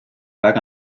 väga